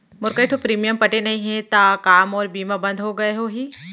मोर कई ठो प्रीमियम पटे नई हे ता का मोर बीमा बंद हो गए होही?